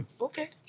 Okay